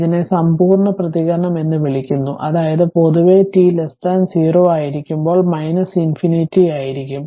ഇതിനെ സമ്പൂർണ്ണ പ്രതികരണം എന്ന് വിളിക്കുന്നു അതായത് പൊതുവെ t0 ആയിരിക്കുമ്പോൾ ∞ ആയിരിക്കും